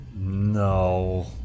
No